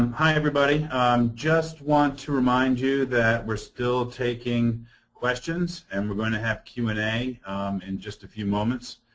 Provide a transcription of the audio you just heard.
hi, everybody. i just want to remind you that we're still taking questions. and we're going to have q and a in just a few moments.